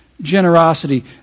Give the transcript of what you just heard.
generosity